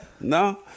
No